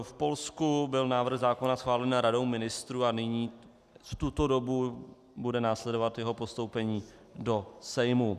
V Polsku byl návrh zákona schválen Radou ministrů a nyní v tuto dobu bude následovat jeho postoupení do Sejmu.